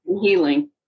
healing